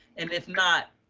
and if not,